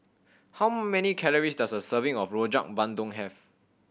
how many calories does a serving of Rojak Bandung have